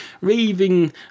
raving